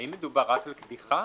האם מדובר רק על קדיחה